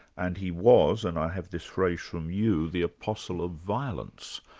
and he was, and i have this phrase from you, the apostle of violence.